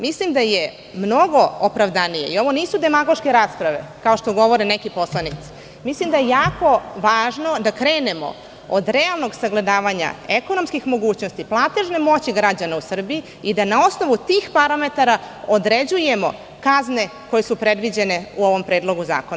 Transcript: Mislim da je mnogo opravdanije i ovo nisu demagoške rasprave kao što govore neki poslanici, mislim da je jako važno da krenemo od realnog sagledavanja ekonomskih mogućnosti, platežne moći građana u Srbiji i da na osnovu tih parametara određujemo kazne koje su predviđene u ovom predlogu zakona.